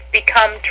become